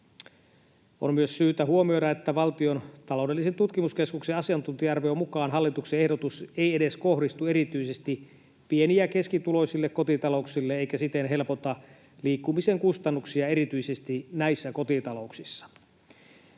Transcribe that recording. On myös syytä huomioida, että Valtion taloudellisen tutkimuskeskuksen asiantuntija-arvion mukaan hallituksen ehdotus ei edes kohdistu erityisesti pieni- ja keskituloisille kotitalouksille eikä siten helpota liikkumisen kustannuksia erityisesti näissä kotitalouksissa.